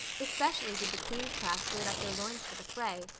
especially did the queen's class gird up their loins for the fray,